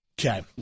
Okay